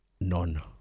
none